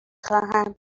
خواهم